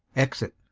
exit